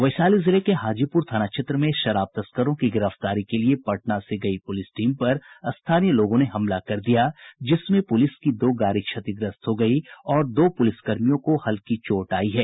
वैशाली जिले के हाजीपुर थाना क्षेत्र में शराब तस्करों की गिरफ्तारी के लिये पटना से गयी पुलिस टीम पर स्थानीय लोगों ने हमला कर दिया जिसमें पुलिस की दो गाड़ी क्षतिग्रस्त हो गयी और दो पुलिस कर्मियों को हल्की चोट आयी हैं